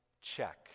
check